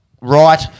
right